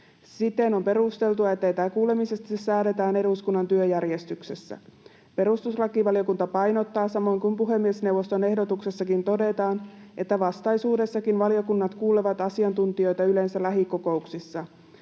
Siten on perusteltua, että etäkuulemisesta säädetään eduskunnan työjärjestyksessä. Perustuslakivaliokunta painottaa, samoin kuin puhemiesneuvoston ehdotuksessakin todetaan, että vastaisuudessakin valiokunnat kuulevat asiantuntijoita yleensä lähikokouksissa.